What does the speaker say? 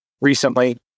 recently